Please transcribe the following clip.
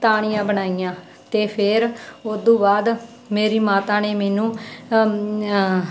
ਤਾਣੀਆਂ ਬਣਾਈਆਂ ਅਤੇ ਫੇਰ ਉਹ ਤੋਂ ਬਾਅਦ ਮੇਰੀ ਮਾਤਾ ਨੇ ਮੈਨੂੰ